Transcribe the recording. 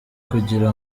kugira